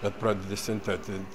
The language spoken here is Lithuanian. bet pradedi sintetint